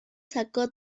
sacó